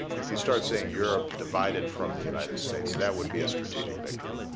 if you start seeing europe divided from the united states that would be a strategic victory.